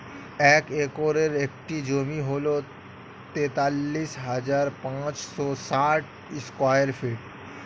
এক একরের একটি জমি হল তেতাল্লিশ হাজার পাঁচশ ষাট স্কয়ার ফিট